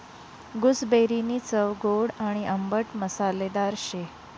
गूसबेरीनी चव गोड आणि आंबट मसालेदार शे